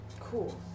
Cool